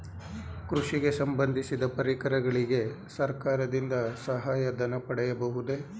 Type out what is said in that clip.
ಕೃಷಿಗೆ ಸಂಬಂದಿಸಿದ ಪರಿಕರಗಳಿಗೆ ಸರ್ಕಾರದಿಂದ ಸಹಾಯ ಧನ ಪಡೆಯಬಹುದೇ?